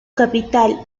capital